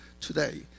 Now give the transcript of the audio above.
today